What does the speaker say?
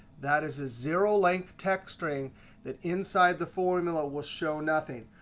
that is a zero length text string that inside the formula will show nothing.